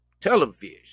Television